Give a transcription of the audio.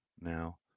now